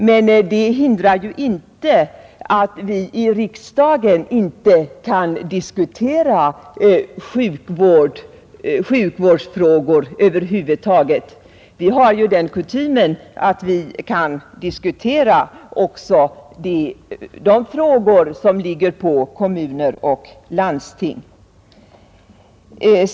Men det hindrar ju inte att vi i riksdagen kan diskutera sjukvårdsfrågor över huvud taget. Vi har ju den kutymen att vi kan diskutera också de frågor som ligger på kommuner och landsting.